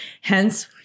Hence